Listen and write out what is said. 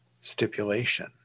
stipulation